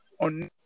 on –